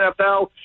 NFL